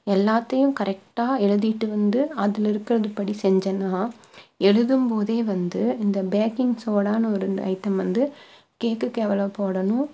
எல்லாத்தையும் கரெக்டாக எழுதிகிட்டு வந்து அதில் இருக்கிறது படி செஞ்சொன்னா எழுதும் போதே வந்து இந்த பேக்கிங் சோடானு ஒரு ஐட்டம் வந்து கேக்குக்கு எவ்வளோ போடணும்